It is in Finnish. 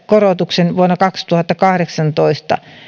korotuksen vuonna kaksituhattakahdeksantoista